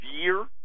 year